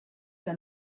que